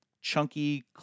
chunky